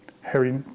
Harry